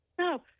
No